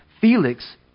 Felix